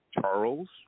Charles